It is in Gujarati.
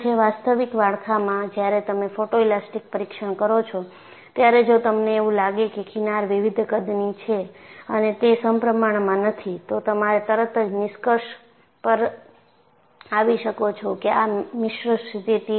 વાસ્તવિક માળખાંમાં જ્યારે તમે ફોટોઇલાસ્ટિક પરીક્ષણ કરો છોત્યારે જો તમને એવું લાગે કે કિનાર વિવિધ કદની છે અને તે સપ્રમાણમાં નથી તો તમારે તરત જ નિષ્કર્ષ પર આવી શકો છો કે આ મિશ્ર સ્થિતિ છે